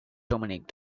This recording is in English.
dominique